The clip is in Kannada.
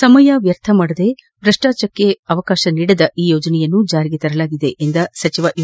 ಸಮಯ ವ್ಯರ್ಥ ಮಾಡದೆ ಭ್ರಷ್ಟಾಚಾರಕ್ಕೆ ಅವಕಾಶ ನೀಡದ ಈ ಯೋಜನೆಯನ್ನು ಜಾರಿಗೆ ತರಲಾಗಿದೆ ಎಂದ ಸಚಿವ ಯು